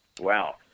wow